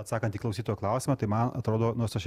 atsakant į klausytojo klausimą tai man atrodo nors aš